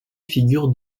figurent